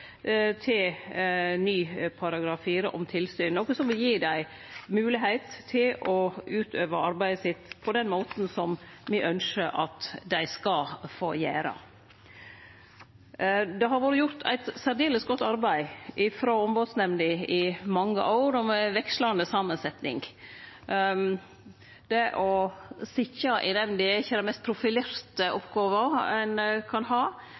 til ny § 4 om tilsyn, noko som vil gi dei moglegheit til å utøve arbeidet sitt på den måten som me ønsker at dei skal få gjere. Det har vore gjort eit særdeles godt arbeid frå Ombodsnemnda i mange år, og med vekslande samansetjing. Å sitja i nemnda er ikkje den mest profilerte oppgåva ein kan ha,